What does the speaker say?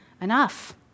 enough